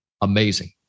Amazing